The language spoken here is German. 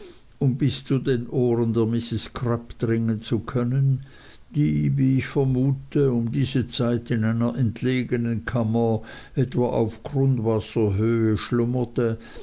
um bis zu den ohren der mrs crupp dringen zu können die wie ich vermute um diese zeit in einer entlegnen kammer etwa auf grundwasserhöhe schlummerte